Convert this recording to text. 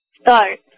start